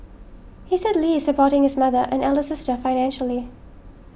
he said Lee is supporting his mother and elder sister financially